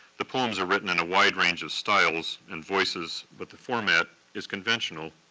the poems are written in a wide range of styles and voices, but the format is conventional,